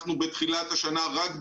אנחנו בתחילת השנה, רק ב-2020,